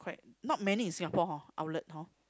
right not many in Singapore hor outlets hor